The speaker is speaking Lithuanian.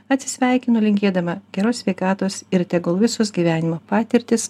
atsisveikinu linkėdami geros sveikatos ir tegul visos gyvenimo patirtys